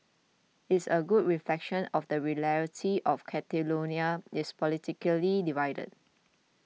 it's a good reflection of the reality of Catalonia is politically divided